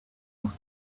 was